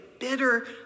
bitter